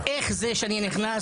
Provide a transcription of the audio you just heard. איך זה שאני נכנס,